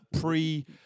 pre